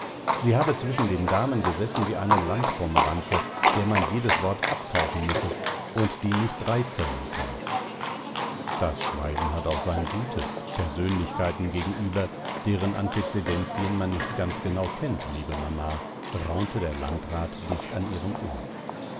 sie habe zwischen den damen gesessen wie eine landpomeranze der man jedes wort abkaufen müsse und die nicht drei zählen könne das schweigen hat auch sein gutes persönlichkeiten gegenüber deren antezedenzien man nicht ganz genau kennt liebe mama raunte der landrat dicht an ihrem ohr